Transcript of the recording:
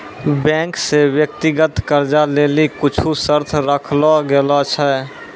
bank से व्यक्तिगत कर्जा लेली कुछु शर्त राखलो गेलो छै